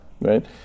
right